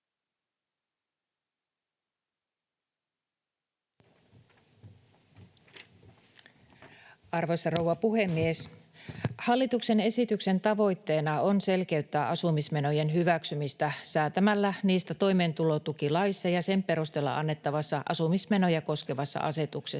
Arvoisa rouva puhemies! Hallituksen esityksen tavoitteena on selkeyttää asumismenojen hyväksymistä säätämällä niistä toimeentulotukilaissa ja sen perusteella annettavassa asumismenoja koskevassa asetuksessa.